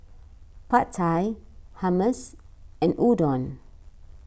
Pad Thai Hummus and Udon